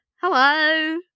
Hello